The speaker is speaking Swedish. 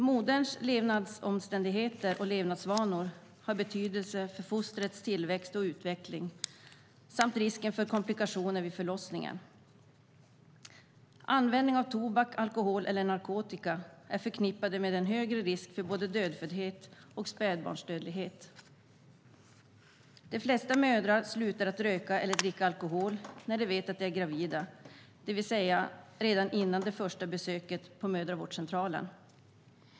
Moderns levnadsomständigheter och levnadsvanor har betydelse för fostrets tillväxt och utveckling samt risken för komplikationer vid förlossningen. Användning av tobak, alkohol eller narkotika är förknippad med en högre risk för både dödföddhet och spädbarnsdödlighet. De flesta mödrar slutar att röka eller dricka alkohol när de vet att de är gravida, det vill säga redan före det första besöket på mödravårdscentralen.